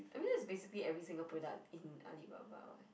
I mean that's basically every single product in Alibaba [what]